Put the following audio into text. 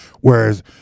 Whereas